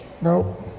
Nope